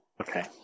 Okay